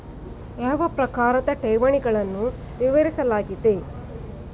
ಯಾವ ಪ್ರಕಾರದ ಠೇವಣಿಗಳನ್ನು ವಿವರಿಸಲಾಗಿದೆ?